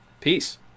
Peace